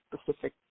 specific